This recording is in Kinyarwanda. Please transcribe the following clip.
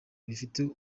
bifite